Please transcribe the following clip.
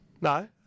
No